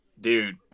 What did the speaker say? dude